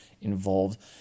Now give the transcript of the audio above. involved